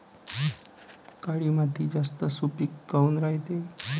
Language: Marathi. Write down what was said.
काळी माती जास्त सुपीक काऊन रायते?